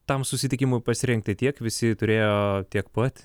tam susitikimui pasirengti tiek visi turėjo tiek pat